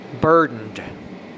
burdened